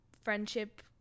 friendship